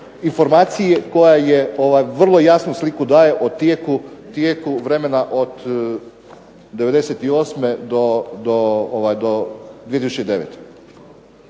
informacije koja je vrlo jasnu sliku dao o tijeku vremena od '98. do 2009.